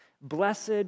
Blessed